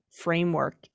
framework